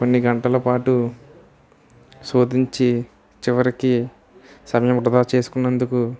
కొన్ని గంటలపాటు శోధించి చివరికి సమయం వృధా చేసినందుకు